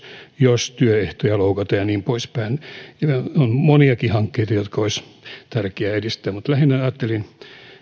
jos työehtoja loukataan ja niin poispäin on moniakin hankkeita joita olisi tärkeää edistää mutta lähinnä ajattelin